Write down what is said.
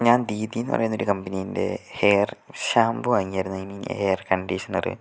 ഞാൻ ദീദിയെന്നു പറയുന്ന ഒരു കമ്പനിയുടെ ഹെയർ ഷാംപൂ വാങ്ങിയിരുന്നു ഐ മീൻ ഹെയർ കണ്ടീഷ്ണർ